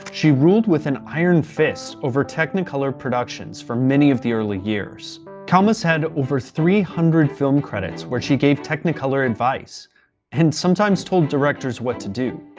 she ruled with an iron fist over technicolor productions for many of the early years. kalmus had over three hundred film credits where she gave technicolor advice and sometimes told directors what to do.